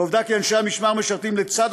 והעובדה כי אנשי המשמר משרתים לצד